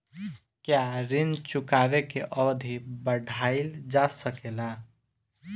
क्या ऋण चुकाने की अवधि बढ़ाईल जा सकेला?